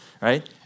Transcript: right